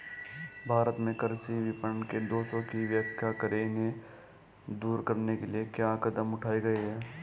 भारत में कृषि विपणन के दोषों की व्याख्या करें इन्हें दूर करने के लिए क्या कदम उठाए गए हैं?